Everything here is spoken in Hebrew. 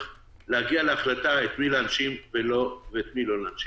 להגיע להחלטה את מי להנשים ואת מי לא להנשים.